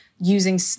using